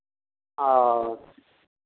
ओ